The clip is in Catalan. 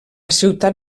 ciutat